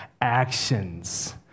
actions